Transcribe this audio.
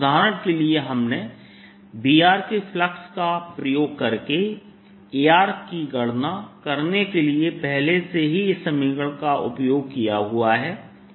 उदाहरण के लिए हमने Br के फ्लक्स का प्रयोग करके Ar की गणना करने के लिए पहले से ही इस समीकरण का उपयोग किया हुआ है